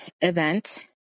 event